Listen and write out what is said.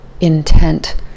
intent